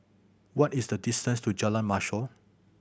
what is the distance to Jalan Mashor